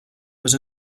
was